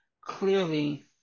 clearly –